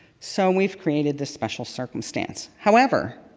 so we've created this special circumstance. however,